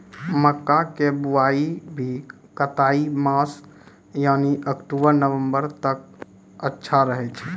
मक्का के बुआई भी कातिक मास यानी अक्टूबर नवंबर तक अच्छा रहय छै